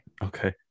Okay